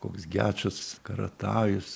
koks gečas karatajus